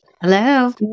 Hello